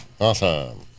Awesome